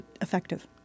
effective